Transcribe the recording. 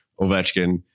Ovechkin